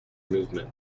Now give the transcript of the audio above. movement